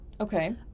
Okay